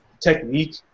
technique